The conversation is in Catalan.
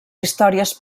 històries